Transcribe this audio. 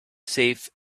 safe